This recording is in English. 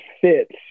fits